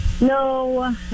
No